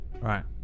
Right